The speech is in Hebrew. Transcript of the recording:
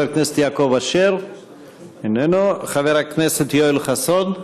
חבר הכנסת יעקב אשר, איננו, חבר הכנסת יואל חסון,